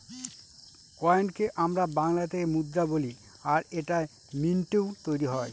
কয়েনকে আমরা বাংলাতে মুদ্রা বলি আর এটা মিন্টৈ তৈরী হয়